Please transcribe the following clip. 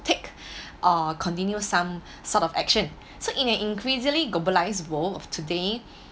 take or continue some sort of action so in an increasingly globalised world of today